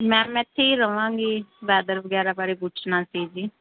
ma'am ਮੈਂ ਇੱਥੇ ਹੀ ਰਹਾਂਗੀ ਵੈਦਰ ਵਗੈਰਾ ਬਾਰੇ ਪੁੱਛਣਾ ਸੀ ਜੀ